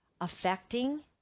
affecting